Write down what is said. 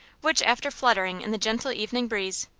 which, after fluttering in the gentle evening breeze,